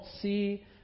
see